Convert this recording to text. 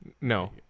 No